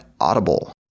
Audible